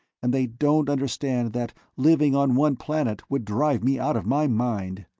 and they don't understand that living on one planet would drive me out of my mind.